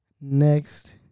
next